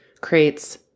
creates